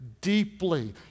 deeply